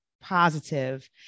positive